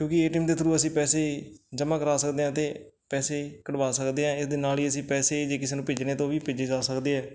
ਕਿਉਂਕਿ A T M ਦੇ through ਅਸੀਂ ਪੈਸੇ ਜਮਾਂ ਕਰਾ ਸਕਦੇ ਹਾਂ ਅਤੇ ਪੈਸੇ ਕਢਵਾ ਸਕਦੇ ਹਾਂ ਇਸ ਦੇ ਨਾਲ ਹੀ ਅਸੀਂ ਪੈਸੇ ਜੇ ਕਿਸੇ ਨੂੰ ਭੇਜਣੇ ਤਾਂ ਉਹ ਵੀ ਭੇਜੇ ਜਾ ਸਕਦੇ ਆ